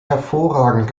hervorragend